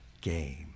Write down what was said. game